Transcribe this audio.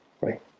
right